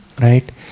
Right